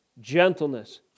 gentleness